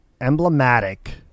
emblematic